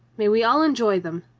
may we all enjoy them!